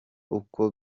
uko